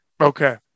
Okay